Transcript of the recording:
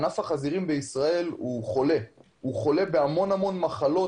ענף החזירים בישראל חולה פיסית בהמון מחלות.